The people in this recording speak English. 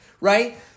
right